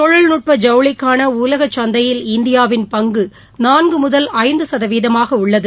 தொழில்நுட்ப ஜவுளிக்கான உலக சந்தையில் இந்தியாவின் பங்கு நான்கு முதல் ஐந்து சதவீதமாக உள்ளது